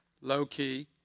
low-key